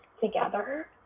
together